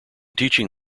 teaching